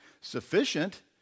sufficient